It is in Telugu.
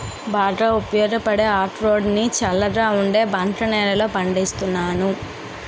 బాగా ఉపయోగపడే అక్రోడ్ ని చల్లగా ఉండే బంక నేలల్లో పండిస్తున్నాను